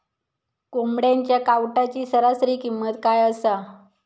कोंबड्यांच्या कावटाची सरासरी किंमत काय असा?